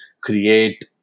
create